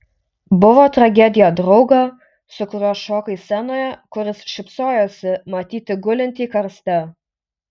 buvo tragedija draugą su kuriuo šokai scenoje kuris šypsojosi matyti gulintį karste